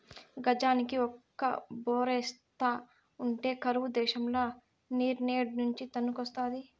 గజానికి ఒక బోరేస్తా ఉంటే కరువు దేశంల నీరేడ్నుంచి తన్నుకొస్తాది